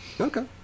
Okay